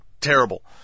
terrible